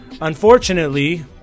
unfortunately